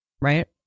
Right